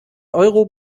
euro